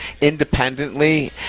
independently